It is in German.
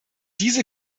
diese